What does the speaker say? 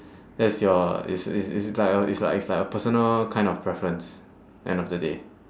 that's your it's it's it's like a it's like it's like a personal kind of preference end of the day